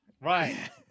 Right